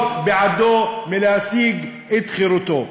לא יעצרו בעדו מלהשיג את חירותו.